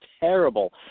terrible